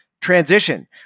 transition